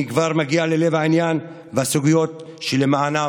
אני כבר מגיע ללב העניין ולסוגיות שלמענן